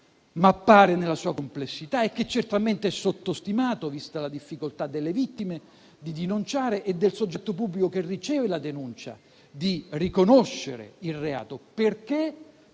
da mappare nella sua complessità e che certamente è sottostimato, vista la difficoltà delle vittime di denunciare e del soggetto pubblico che riceve la denuncia di riconoscere il reato, perché